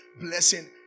blessing